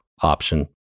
option